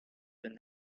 than